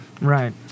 Right